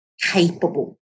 capable